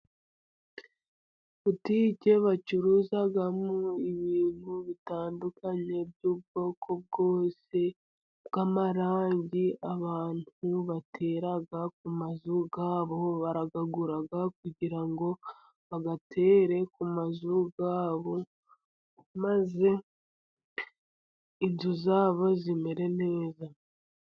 Butike bacururizamo ibintu bitandukanye by'ubwoko bwose, n'amarangi abantu batera ku mazu yabo barayagura, kugira ngo bayatere ku mazu yabo ,maze inzu zabo zimere neza.